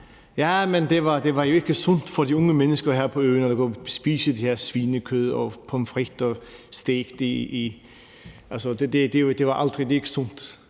Jo, men det var jo ikke sundt for de unge mennesker her på øen at spise det her svinekød og pomfritter stegt i de her udenlandske olier.